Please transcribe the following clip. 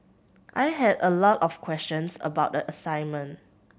I had a lot of questions about the assignment